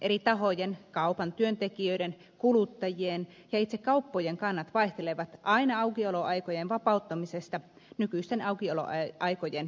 eri tahojen kaupan työntekijöiden kuluttajien ja itse kauppojen kannat vaihtelevat aina aukioloaikojen vapauttamisesta nykyisten aukioloaikojen supistamiseen